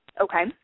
Okay